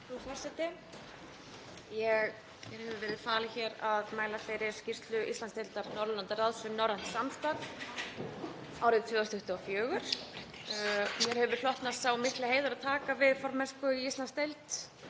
Frú forseti. Mér hefur verið falið að mæla fyrir skýrslu Íslandsdeildar Norðurlandaráðs um norrænt samstarf árið 2024. Mér hefur hlotnast sá mikli heiður að taka við formennsku í Íslandsdeild